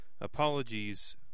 Apologies